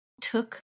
took